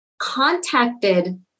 contacted